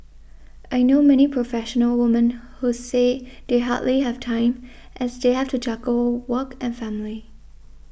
I know many professional women who say they hardly have time as they have to juggle work and family